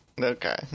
Okay